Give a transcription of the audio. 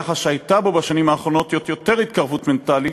יחס שהייתה בו בשנים האחרונות יותר התקרבות מנטלית,